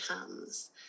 hands